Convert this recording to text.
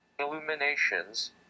illuminations